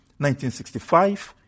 1965